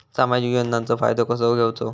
सामाजिक योजनांचो फायदो कसो घेवचो?